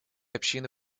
общины